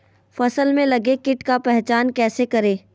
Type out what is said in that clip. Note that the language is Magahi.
फ़सल में लगे किट का पहचान कैसे करे?